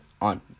on